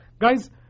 guys